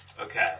okay